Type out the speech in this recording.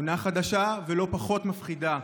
עונה חדשה ולא פחות מפחידה.